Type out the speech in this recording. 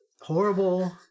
horrible